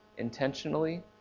Intentionally